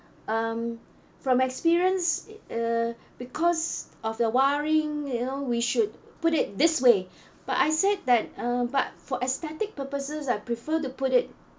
um from experience uh because of the wiring you know we should put it this way but I said that uh but for aesthetic purposes I prefer to put it